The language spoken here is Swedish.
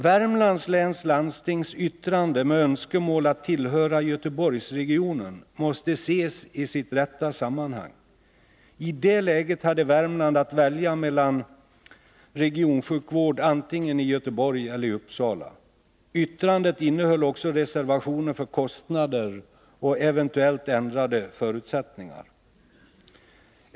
Värmlands läns landstings yttrande med önskemål att tillhöra Göteborgsregionen måste ses i sitt rätta sammanhang. I det läget hade Värmland att välja mellan regionsjukvård antingen i Göteborg eller i Uppsala. Yttrandet innehöll också reservationer för kostnader och eventuellt ändrade förutsättningar.